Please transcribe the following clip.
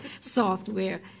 software